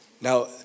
Now